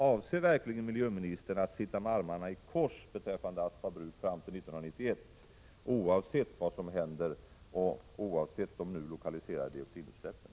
Avser verkligen miljöministern att sitta med armarna i kors beträffande Aspa bruk fram till 1991, oavsett vad som händer och oavsett de nu lokaliserade dioxinutsläppen?